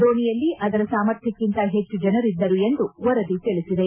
ದೋಣಿಯಲ್ಲಿ ಅದರ ಸಾಮರ್ಥ್ಯಕ್ಕಿಂತ ಹೆಚ್ಚು ಜನರಿದ್ದರು ಎಂದು ವರದಿ ತಿಳಿಸಿದೆ